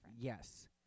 Yes